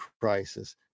crisis